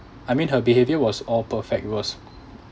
I mean her behavior was all perfect it was